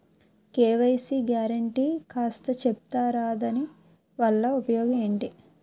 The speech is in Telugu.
కే.వై.సీ గ్యారంటీ కాస్త చెప్తారాదాని వల్ల ఉపయోగం ఎంటి?